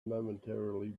momentarily